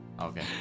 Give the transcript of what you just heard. Okay